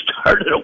started